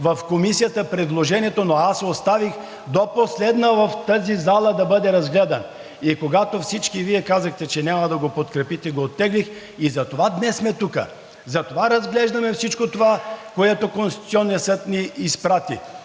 в Комисията предложението си, но аз оставих до последно в тази зала да бъде разгледано и когато всички Вие казахте, че няма да го подкрепите и го оттеглих, затова днес сме тук – затова разглеждаме всичко това, което Конституционният съд ни изпрати.